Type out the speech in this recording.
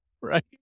Right